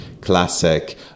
classic